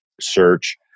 search